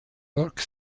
york